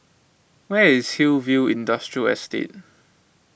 where is Hillview Industrial Estate